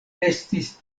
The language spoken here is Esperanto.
estis